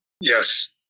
Yes